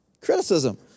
criticism